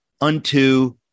unto